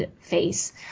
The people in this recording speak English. face